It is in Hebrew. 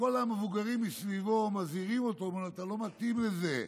וכל המבוגרים מסביבו מזהירים אותו ואומרים לו: אתה לא מתאים לזה,